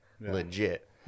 legit